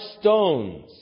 stones